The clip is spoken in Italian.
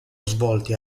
svolte